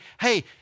hey